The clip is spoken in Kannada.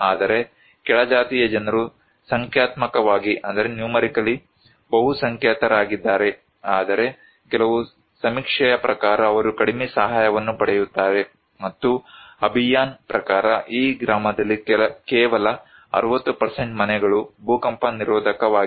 ಆದರೆ ಕೆಳಜಾತಿಯ ಜನರು ಸಂಖ್ಯಾತ್ಮಕವಾಗಿ ಬಹುಸಂಖ್ಯಾತರಾಗಿದ್ದಾರೆ ಆದರೆ ಕೆಲವು ಸಮೀಕ್ಷೆಯ ಪ್ರಕಾರ ಅವರು ಕಡಿಮೆ ಸಹಾಯವನ್ನು ಪಡೆಯುತ್ತಾರೆ ಮತ್ತು ಅಭಿಯಾನ್ ಪ್ರಕಾರ ಈ ಗ್ರಾಮದಲ್ಲಿ ಕೇವಲ 60 ಮನೆಗಳು ಭೂಕಂಪ ನಿರೋಧಕವಾಗಿದೆ